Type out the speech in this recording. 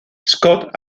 scott